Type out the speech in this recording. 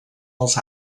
els